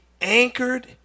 anchored